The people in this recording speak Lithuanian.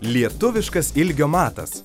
lietuviškas ilgio matas